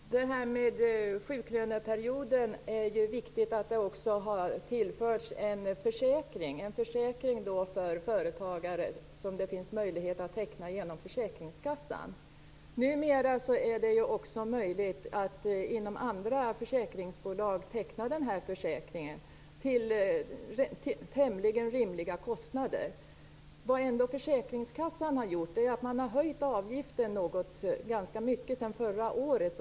Fru talman! När det gäller sjuklöneperioden är det viktigt att det har tillförts en försäkring för företagare som det finns möjlighet att teckna genom försäkringskassan. Numera är det också möjligt att med andra försäkringsbolag teckna den här försäkringen till tämligen rimliga kostnader. Vad försäkringskassan har gjort är att man har höjt avgiften ganska mycket sedan förra året.